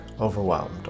overwhelmed